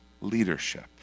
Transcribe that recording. leadership